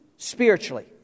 spiritually